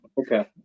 okay